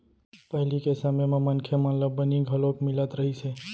पहिली के समे म मनखे मन ल बनी घलोक मिलत रहिस हे